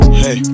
hey